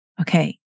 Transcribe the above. Okay